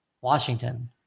Washington